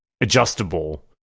adjustable